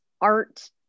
art